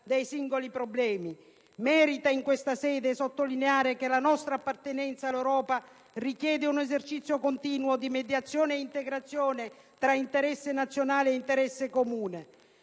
dei singoli problemi. Merita, in questa sede, sottolineare che la nostra appartenenza all'Europa richiede un esercizio continuo di mediazione e integrazione tra interesse nazionale e interesse comune.